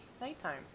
nighttime